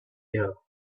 year